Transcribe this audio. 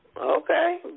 Okay